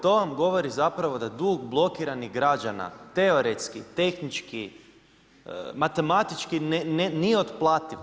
To vam govori da dug blokiranih građana, teoretski, tehnički, matematički nije otplativ.